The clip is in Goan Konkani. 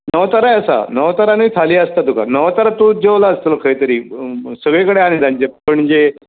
नवताराय आसा नवतारानूय थाली आसता तुका नवतारा तूं जेवला आसतलो खंय तरी सगळी कडेन आहा न्ही तांचें पणजे